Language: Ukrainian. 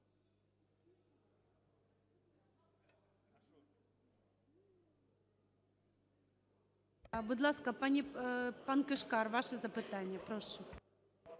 Будь ласка, пан Кишкар, ваше запитання. Прошу.